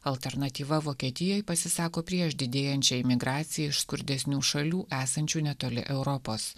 alternatyva vokietijai pasisako prieš didėjančią imigraciją iš skurdesnių šalių esančių netoli europos